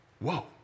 Whoa